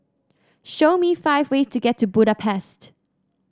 show me five ways to get to Budapest